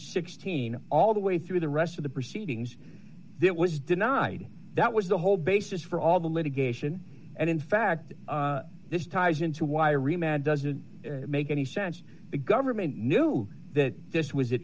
sixteen all the way through the rest of the proceedings it was denied that was the whole basis for all the litigation and in fact this ties into why remap doesn't make any sense the government knew that this was